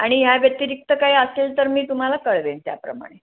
आणि ह्या व्यतिरिक्त काही असेल तर मी तुम्हाला कळवेन त्याप्रमाणे